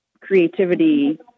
creativity